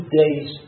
days